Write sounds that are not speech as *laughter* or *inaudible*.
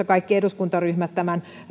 *unintelligible* kaikki eduskuntaryhmät tekivät yhteistyössä tämän